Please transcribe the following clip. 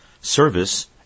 Service